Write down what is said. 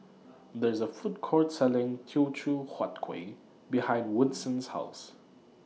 There IS A Food Court Selling Teochew Huat Kueh behind Woodson's House